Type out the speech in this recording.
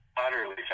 utterly